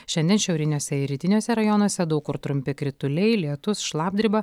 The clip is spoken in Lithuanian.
šiandien šiauriniuose ir rytiniuose rajonuose daug kur trumpi krituliai lietus šlapdriba